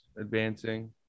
advancing